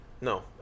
No